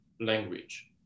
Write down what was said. language